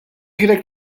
ilek